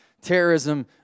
terrorism